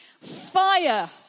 fire